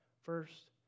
first